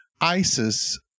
ISIS